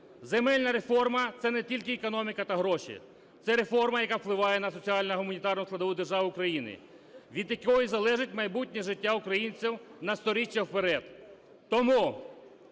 Земельна реформа – це не тільки економіка та гроші, це реформа, яка впливає на соціальну й гуманітарну складову держави України, від якої залежить майбутнє життя українців на сторіччя вперед.